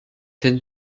hin